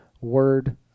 word